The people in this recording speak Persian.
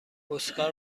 اسکار